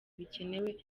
bikenewe